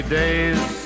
days